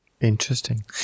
Interesting